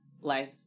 life